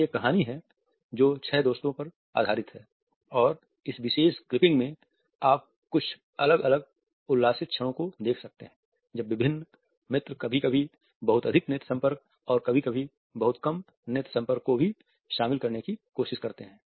यह एक कहानी है जो छह दोस्तों पर आधारित है और इस विशेष क्लिपिंग में आप कुछ अलग अलग उल्लसित क्षणों को देख सकते हैं जब विभिन्न मित्र कभी कभी बहुत अधिक नेत्र संपर्क और कभी कभी बहुत कम नेत्र संपर्क को भी शामिल करने की कोशिश करते हैं